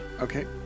Okay